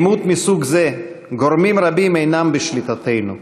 בעימות מסוג זה גורמים רבים אינם בשליטתנו.